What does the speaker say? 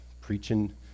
preaching